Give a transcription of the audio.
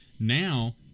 Now